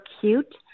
cute